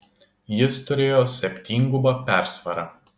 jis turėjo septyngubą persvarą